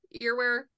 Earwear